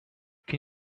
can